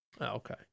Okay